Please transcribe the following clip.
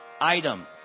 item